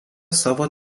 savo